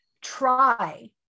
try